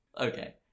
Okay